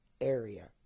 area